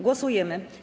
Głosujemy.